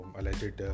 alleged